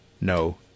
no